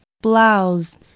Blouse